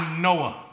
Noah